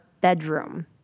bedroom